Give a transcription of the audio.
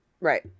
Right